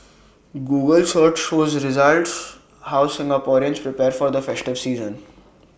Google search with results how Singaporeans prepare for the festive season